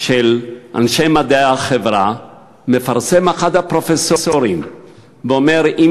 של אנשי מדעי החברה מפרסם אחד הפרופסורים ואומר: אם